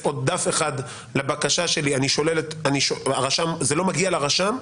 עוד דף אחד לבקשה שלי זה לא מגיע לרשם,